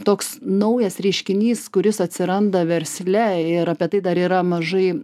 toks naujas reiškinys kuris atsiranda versle ir apie tai dar yra mažai